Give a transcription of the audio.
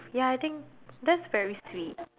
ya I think that's very sweet